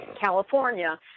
California